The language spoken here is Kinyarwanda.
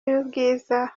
y’ubwiza